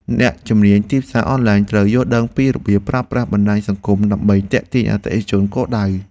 អ្នកជំនាញទីផ្សារអនឡាញត្រូវយល់ដឹងពីរបៀបប្រើប្រាស់បណ្តាញសង្គម ដើម្បីទាក់ទាញអតិថិជនគោលដៅ។